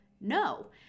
No